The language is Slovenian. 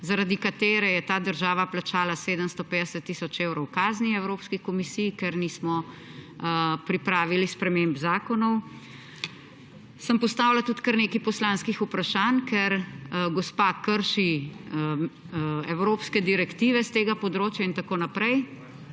zaradi katere je ta država plačala 750 tisoč evrov kazni Evropski komisiji, ker nismo pripravili sprememb zakonov. Postavila sem tudi kar nekaj poslanskih vprašanj, ker gospa krši evropske direktive s tega področja in tako naprej,